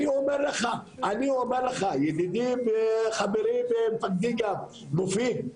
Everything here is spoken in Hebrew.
אני אומר לך ידידי וחברי ומפקדי גם מופיד,